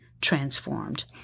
transformed